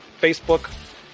Facebook